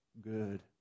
good